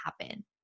happen